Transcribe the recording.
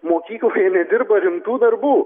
mokykloje nedirba rimtų darbų